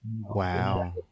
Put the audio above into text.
Wow